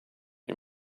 you